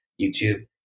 YouTube